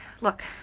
Look